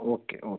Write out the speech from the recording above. okay okay